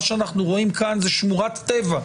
מה שאנחנו רואים כאן זה שמורת טבע,